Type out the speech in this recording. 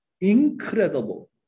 incredible